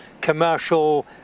commercial